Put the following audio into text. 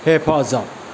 हेफाजाब